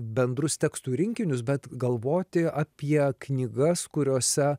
bendrus tekstų rinkinius bet galvoti apie knygas kuriose